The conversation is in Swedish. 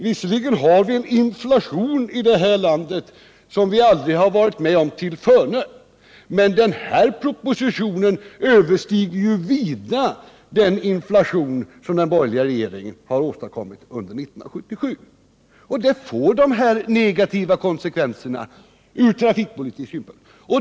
Visserligen har vi en inflation i det här landet som vi aldrig tillförne varit med om, men den ökning som förutsättes i propositionen överstiger ju vida den inflation som den borgerliga regeringen har åstadkommit under 1977. Detta får dessa negativa konsekvenser ur trafikpolitisk synpunkt.